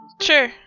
Sure